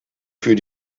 für